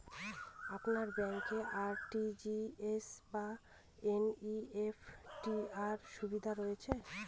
আপনার ব্যাংকে আর.টি.জি.এস বা এন.ই.এফ.টি র সুবিধা রয়েছে?